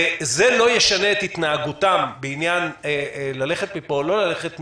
וזה לא ישנה את התנהגותם בעניין ללכת מפה או לא ללכת מפה,